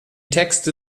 texte